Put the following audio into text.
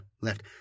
left